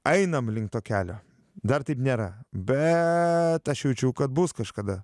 einam link to kelio dar taip nėra bet aš jaučiau kad bus kažkada